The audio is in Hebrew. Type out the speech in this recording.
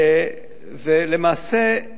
ולמעשה,